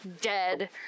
dead